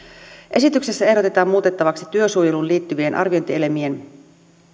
esityksessä ehdotetaan muutettavaksi työsuojeluun liittyvien arviointielimien